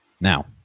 Now